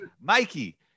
Mikey